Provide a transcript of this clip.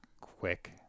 quick